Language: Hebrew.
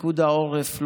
גדודי סדיר של פיקוד העורף,